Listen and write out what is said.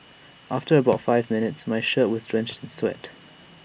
after about five minutes my shirt was drenched sweat